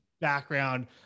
background